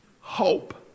Hope